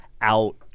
out